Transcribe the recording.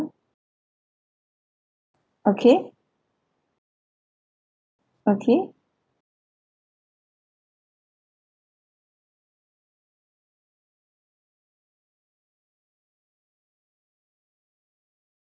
okay okay